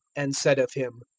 and said of him,